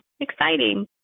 exciting